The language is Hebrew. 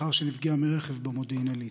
לאחר שנפגעה מרכב במודיעין עילית.